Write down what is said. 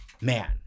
man